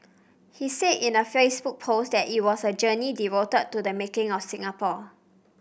he said in a Facebook post that it was a journey devoted to the making of Singapore